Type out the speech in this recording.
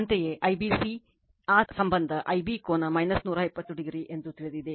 ಅಂತೆಯೇ IBC ಆ ಸಂಬಂಧ Ib ಕೋನ 120 o ಎಂದು ತಿಳಿದಿದೆ